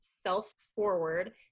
self-forward